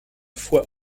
foi